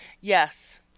Yes